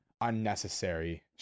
unnecessary